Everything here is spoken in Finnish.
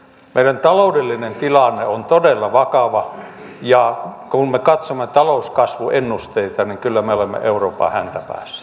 meidän taloudellinen tilanteemme on todella vakava ja kun me katsomme talouskasvuennusteita niin kyllä me olemme euroopan häntäpäässä